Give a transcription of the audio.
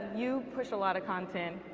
you push a lot of content,